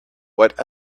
what